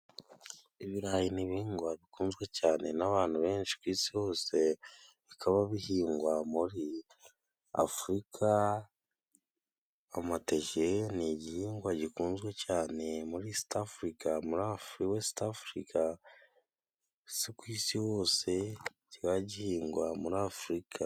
Ibirayi ni ibihingwa bikunzwe cyane n'abantu benshi ku isi hose bikaba bihingwa muri Afurika, amateke ni igihingwa gikunzwe cane muri Isitafurika muri Afuriwesitafurika ku isi hose kikaba gihingwa muri Afurika.